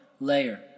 layer